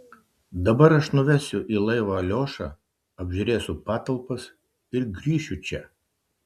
dabar aš nuvesiu į laivą aliošą apžiūrėsiu patalpas ir grįšiu čia